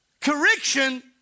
Correction